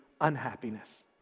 unhappiness